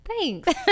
Thanks